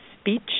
speech